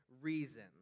reason